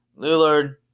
Lillard